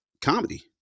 Comedy